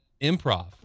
improv